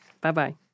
Bye-bye